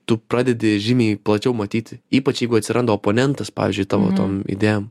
tu pradedi žymiai plačiau matyti ypač jeigu atsiranda oponentas pavyzdžiui tavo tom idėjom